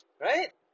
right